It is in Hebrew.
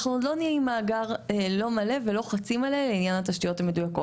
אנחנו עוד לא נהיה עם מאגר מלא ולא חצי מלא לעניין התשתיות המדויקות,